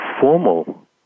formal